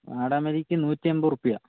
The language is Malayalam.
വാടാമല്ലിക്ക് നൂറ്റി എമ്പത് റുപ്പിയ